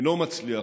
אינו מצליח,